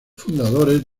fundadores